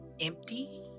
Empty